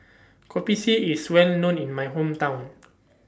Kopi C IS Well known in My Hometown